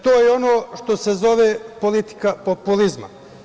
To je ono što se zove politika populizma.